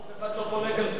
אף אחד לא חולק על זה.